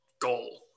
goal